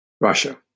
Russia